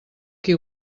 qui